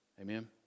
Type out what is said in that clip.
Amen